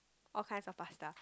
all kinds of pasta